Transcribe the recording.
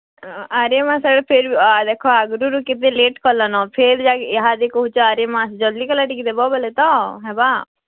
ଆର ମାସ ଆଡ଼େ ଫେର୍ ଦେଖ ଆଗୁରୁରୁ କେତେ ଲେଟ୍ କଲନ ଫେର୍ ଇହାଦେ କହୁଚ ଆରେ ମାସ୍ ଜଲ୍ଦି ଗଳେ ଟିକେ ଦେବ ବଏଲେ ତ ହେବା